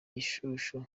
gishushu